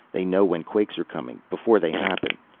they know when quakes are coming, before they happen.